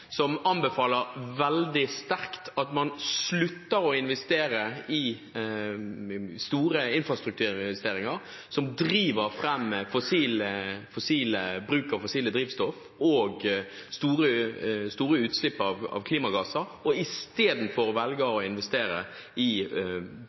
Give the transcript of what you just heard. som veldig sterkt anbefaler at man slutter å investere i store infrastrukturprosjekter, som driver fram bruk av fossilt drivstoff og store utslipp av klimagasser, og i stedet velger å